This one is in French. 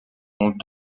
ont